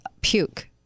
puke